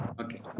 Okay